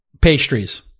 Pastries